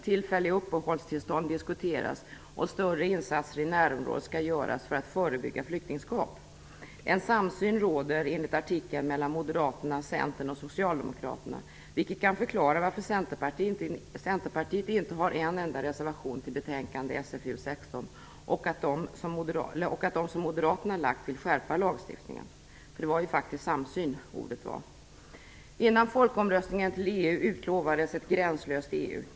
Tillfälliga uppehållstillstånd diskuteras, och större insatser i närområdet skall göras för att förebygga flyktingskap. En samsyn råder enligt artikeln, mellan Moderaterna, Centern och Socialdemokraterna, vilket kan förklara varför Centerpartiet inte har en enda reservation till betänkande SfU16 och att Moderaterna i de reservationer som de framlagt vill skärpa lagstiftningen. Det var ju faktiskt samsyn som var ordet. Före folkomröstningen om EU-medlemskap utlovades ett gränslöst EU.